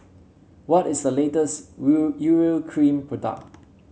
what is the latest Urea Cream product